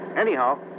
Anyhow